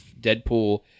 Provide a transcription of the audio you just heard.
Deadpool